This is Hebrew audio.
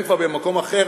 הם כבר במקום אחר.